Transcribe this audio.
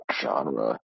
genre